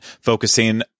focusing